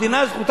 מדינת ישראל,